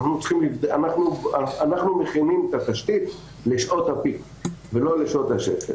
אנחנו מכינים את התשתית לשעות הפיק ולא לשעות השפל.